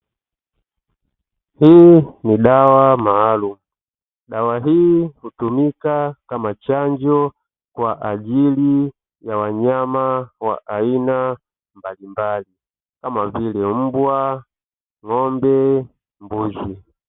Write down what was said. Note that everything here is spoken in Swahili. Hii ni dawa maalumu. Dawa hii hutumika kama chanjo kwa ajili ya wanyama wa aina mbalimabli kama vile: mbwa, ng'ombe, mbuzi.